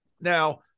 Now